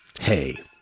hey